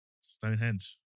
stonehenge